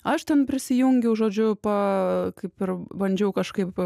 aš ten prisijungiau žodžiu pa kaip ir bandžiau kažkaip